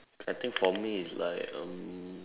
I think for me it's like um